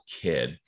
kid